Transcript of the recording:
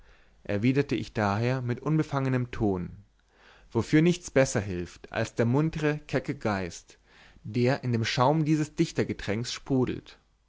erwiderte ich daher mit unbefangenem ton wofür nichts besser hilft als der muntre kecke geist der in dem schaum dieses dichtergetränks sprudelt